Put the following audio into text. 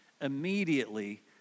immediately